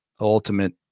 ultimate